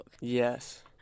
Yes